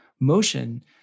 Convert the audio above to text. Motion